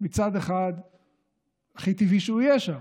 מצד אחד הכי טבעי שהוא יהיה שם,